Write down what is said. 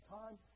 time